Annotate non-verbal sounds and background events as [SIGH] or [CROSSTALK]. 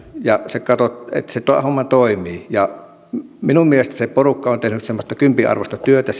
ja se että se homma toimii minun mielestäni se porukka on tehnyt semmoista kympin arvoista työtä [UNINTELLIGIBLE]